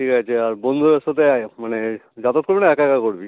ঠিক আছে আর বন্ধুদের সাথে আয় মানে যাতায়াত করবি না একা একা করবি